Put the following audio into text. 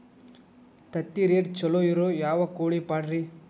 ತತ್ತಿರೇಟ್ ಛಲೋ ಇರೋ ಯಾವ್ ಕೋಳಿ ಪಾಡ್ರೇ?